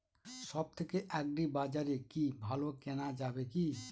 সব থেকে আগ্রিবাজারে কি ভালো কেনা যাবে কি?